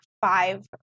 five